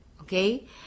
okay